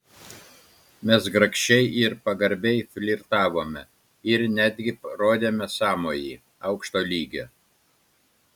mes grakščiai ir pagarbiai flirtavome ir netgi rodėme sąmojį aukšto lygio